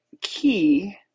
key